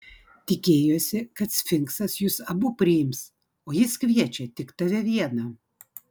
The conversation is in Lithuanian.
tikėjosi kad sfinksas jus abu priims o jis kviečia tik tave vieną